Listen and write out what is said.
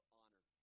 honor